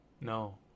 No